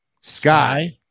Sky